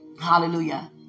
Hallelujah